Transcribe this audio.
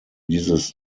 dieses